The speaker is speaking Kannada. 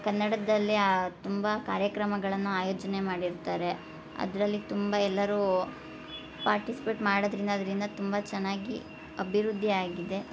ಕನ್ನಡದಲ್ಲಿ ಆ ತುಂಬ ಕಾರ್ಯಕ್ರಮಗಳನ್ನು ಆಯೋಜನೆ ಮಾಡಿರ್ತಾರೆ ಅದರಲ್ಲಿ ತುಂಬ ಎಲ್ಲರೂ ಪಾರ್ಟಿಸ್ಪೇಟ್ ಮಾಡೋದರಿಂದ ಅದರಿಂದ ತುಂಬ ಚೆನ್ನಾಗಿ ಅಭಿವೃದ್ಧಿ ಆಗಿದೆ